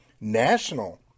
national